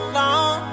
long